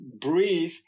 breathe